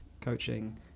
coaching